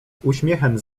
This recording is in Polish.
uśmiechem